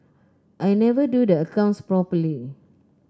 I never do the accounts properly